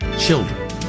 children